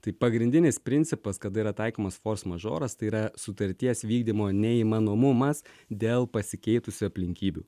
tai pagrindinis principas kada yra taikymas fors mažoras tai yra sutarties vykdymo neįmanomumas dėl pasikeitusių aplinkybių